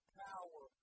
power